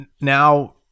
now